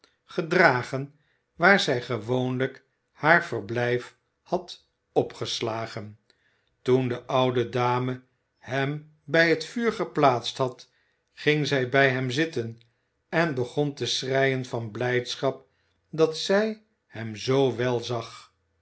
gedragen waar zij gewoonlijk haar verblijf had opgeslagen toen de oude dame hem bij het vuur geplaatst had ging zij bij hem zitten en begon te schreien van blijdschap dat zij hem zoo wel zag